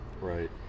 Right